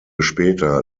später